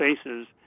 spaces